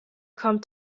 kommt